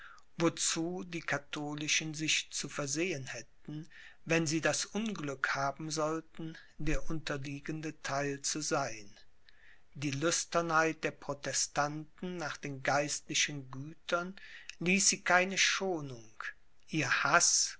wozu die katholischen sich zu versehen hätten wenn sie das unglück haben sollten der unterliegende theil zu sein die lüsternheit der protestanten nach den geistlichen gütern ließ sie keine schonung ihr haß